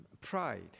pride